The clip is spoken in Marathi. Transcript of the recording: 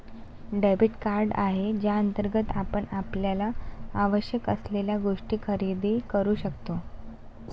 डेबिट कार्ड आहे ज्याअंतर्गत आपण आपल्याला आवश्यक असलेल्या गोष्टी खरेदी करू शकतो